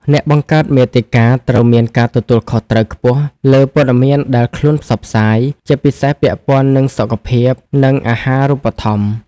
អ្នកបង្កើតមាតិកាត្រូវមានការទទួលខុសត្រូវខ្ពស់លើព័ត៌មានដែលខ្លួនផ្សព្វផ្សាយ ជាពិសេសពាក់ព័ន្ធនឹងសុខភាព និងអាហារូបត្ថម្ភ។